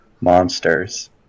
Monsters